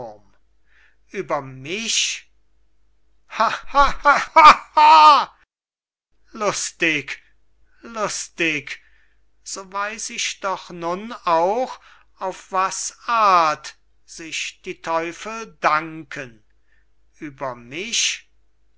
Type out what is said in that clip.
zu lachen lustig lustig so weiß ich doch nun auch auf was art sich die teufel danken über mich